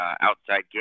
outside